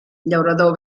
llaurador